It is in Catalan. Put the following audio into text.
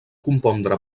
compondre